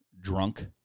drunk